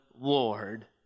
Lord